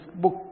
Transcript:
book